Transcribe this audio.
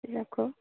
बिजाबखौ